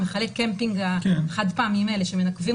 מכלי הקמפינג החד פעמים האלה שמנקבים